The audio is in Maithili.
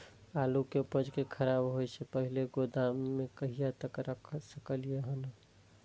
आलु के उपज के खराब होय से पहिले गोदाम में कहिया तक रख सकलिये हन?